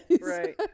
right